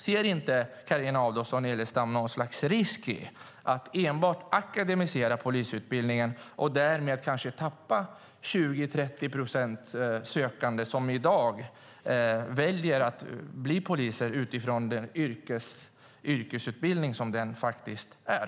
Ser inte Carina Adolfsson Elgestam någon slags risk i att enbart akademisera polisutbildningen och därmed kanske tappa 20-30 procent sökande som i dag väljer att bli poliser utifrån den yrkesutbildning som den faktiskt är?